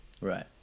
right